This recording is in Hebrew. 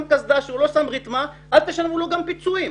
קסדה או רתם רתמה אל תשלמו לו גם פיצויים.